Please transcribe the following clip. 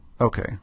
Okay